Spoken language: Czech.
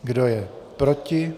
Kdo je proti?